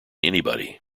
anybody